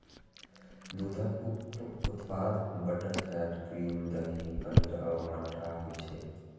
दूधक उप उत्पाद बटरफैट, क्रीम, दही, पनीर आ मट्ठा होइ छै